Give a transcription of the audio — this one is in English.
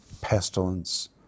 pestilence